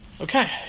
Okay